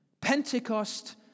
Pentecost